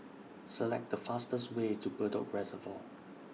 Select The fastest Way to Bedok Reservoir